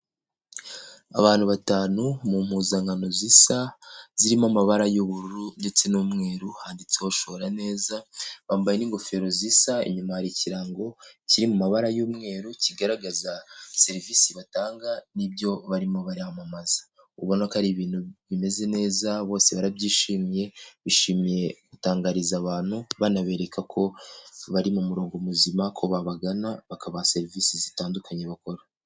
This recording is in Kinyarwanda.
Abantu batanu mu mpuzankano zisa, zirimo amabara y'ubururu ndetse n'umweru handitseho shora neza, bambaye n'ingofero zisa, inyuma hari ikirango kiri mu mabara y'umweru kigaragaza serivisi batanga n'ibyo barimo baramamaza, ubona ko ari ibintu bimeze neza, bose barabyishimiye, bishimiye gutangariza abantu, banabereka ko bari mu murongo muzima ko babagana bakabaha serivisi zitandukanye bakora.